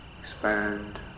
expand